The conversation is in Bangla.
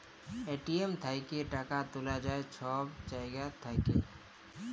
এ.টি.এম থ্যাইকে টাকা তুলা যায় ছব জায়গা থ্যাইকে